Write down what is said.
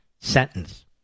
sentence